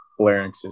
larynxes